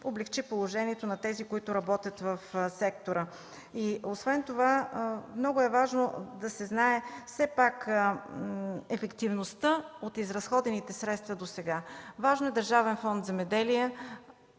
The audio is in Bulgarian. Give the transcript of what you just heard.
облекчи положението на тези, които работят в сектора. Освен това много важно е да се знае ефективността от изразходените средства досега. Важно е Държавен фонд „Земеделие”